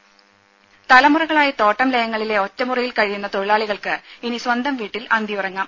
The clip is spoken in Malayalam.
ദ്ദേ തലമുറകളായി തോട്ടം ലയങ്ങളിലെ ഒറ്റമുറിയിൽ കഴിയുന്ന തൊഴിലാളികൾക്ക് ഇനി സ്വന്തം വീട്ടിൽ അന്തിയുറങ്ങാം